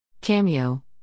Cameo